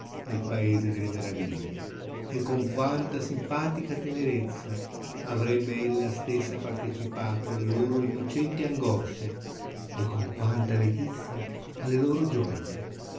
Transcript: nel paese delle meraviglie e con quanta simpatica tenerezza avrebbe ella stessa partecipato alle loro innocenti angosce e con quanta letizia alle loro gioje